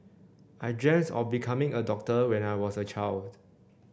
I of becoming a doctor when I was a child